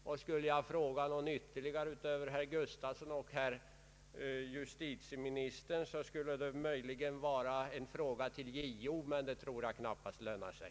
Om jag skulle ställa en fråga till någon mer än herr Gustavsson och justitieministern, skulle det möjligen vara till JO, men det tror jag knappast lönar sig.